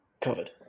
covered